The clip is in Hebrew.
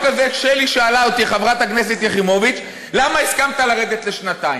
שאלה אותי חברת הכנסת יחימוביץ: למה הסכמת לרדת לשנתיים?